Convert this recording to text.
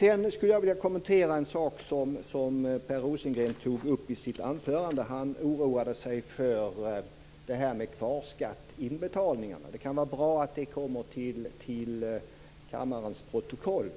Jag skulle också vilja kommentera en sak som Per Rosengren tog upp i sitt anförande. Han oroade sig för kvarskatteinbetalningarna. Det kan vara bra att detta kommer till kammarens protokoll.